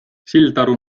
sildaru